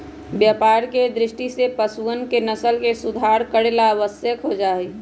व्यापार के दृष्टि से पशुअन के नस्ल के सुधार करे ला आवश्यक हो जाहई